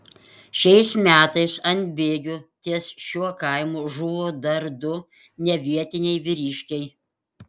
šiais metais ant bėgių ties šiuo kaimu žuvo dar du nevietiniai vyriškiai